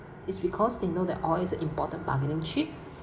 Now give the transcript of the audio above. it's because they know that oil is a important bargaining chip